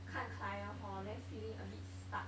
看 client hor then feeling a bit stuck